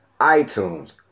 iTunes